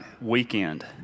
weekend